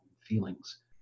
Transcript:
feelings